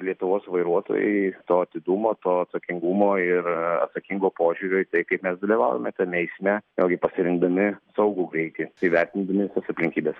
lietuvos vairuotojai to atidumo to atsakingumo ir atsakingo požiūrio į tai kaip mes dalyvaujame tame eisme vėlgi pasirinkdami saugų greitį įvertindami visas aplinkybes